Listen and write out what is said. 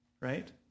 right